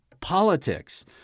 politics